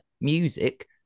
music